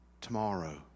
tomorrow